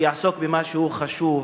שיעסוק במשהו חשוב,